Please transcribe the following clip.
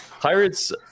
Pirates